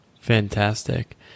fantastic